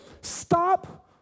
stop